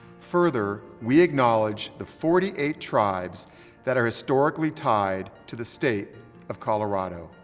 further, we acknowledge the forty eight tribes that are historically tied to the state of colorado.